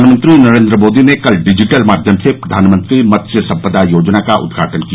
प्रधानमंत्री नरेन्द्र मोदी ने कल डिजिटल माध्यम से प्रधानमंत्री मत्स्य संपदा योजना का उद्घाटन किया